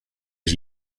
his